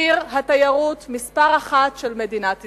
עיר התיירות מספר אחת של מדינת ישראל.